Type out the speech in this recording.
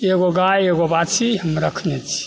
एगो गाय एगो बाछी हम रखने छी